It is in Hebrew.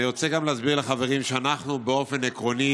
אני רוצה גם להסביר לחברים שאנחנו באופן עקרוני